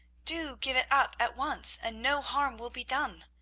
do give it up at once, and no harm will be done.